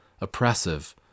oppressive